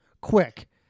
quick